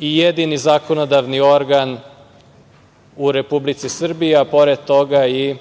i jedini zakonodavni organ u Republici Srbiji, a pored toga i